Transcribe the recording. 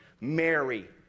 Mary